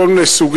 כל מיני סוגים,